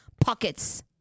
pockets